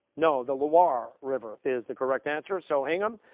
no, the loire river is the correct answer. so hingham,